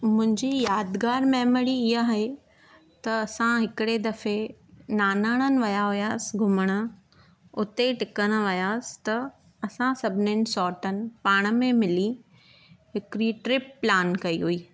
मुंहिंजी यादगारि मेमोरी इहा आहे त असां हिकिड़े दफ़े नानाणनि विया हुआसीं घुमणु उते टिकणु वियासी त असां सभिनिन सौटनि पाण में मिलि हिकिड़ी ट्रिप प्लान कई हुई